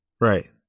right